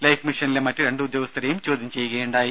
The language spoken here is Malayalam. ലൈഫ് മിഷനിലെ മറ്റ് രണ്ട് ഉദ്യോഗസ്ഥരെയും ചോദ്യം ചെയ്യുകയുണ്ടായി